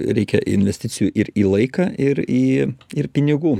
reikia investicijų ir į laiką ir į ir pinigų